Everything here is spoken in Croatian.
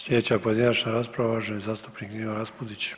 Slijedeća pojedinačna rasprava uvaženi zastupnik Nino Raspudić.